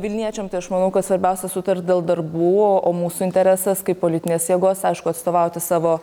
vilniečiam tai aš manau kad svarbiausia sutart dėl darbų o mūsų interesas kaip politinės jėgos aišku atstovauti savo